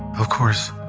of course,